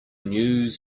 news